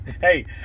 Hey